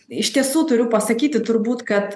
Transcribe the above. iš tiesų turiu pasakyti turbūt kad